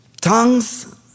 tongues